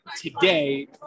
today